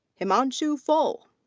himanshu phul.